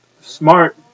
smart